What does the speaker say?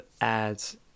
ads